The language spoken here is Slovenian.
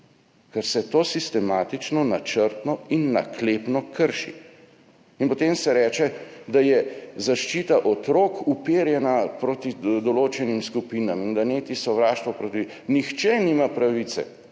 ker se to sistematično, načrtno in naklepno krši. Potem se reče, da je zaščita otrok uperjena proti določenim skupinam in da neti sovraštvo. Nihče nima pravice